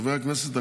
חברי הכנסת,